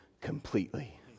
completely